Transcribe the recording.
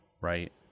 right